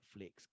Netflix